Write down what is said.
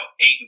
eight